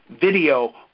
video